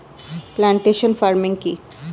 Plantation farming কি?